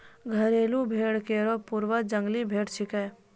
घरेलू भेड़ केरो पूर्वज जंगली भेड़ छिकै